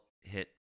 hit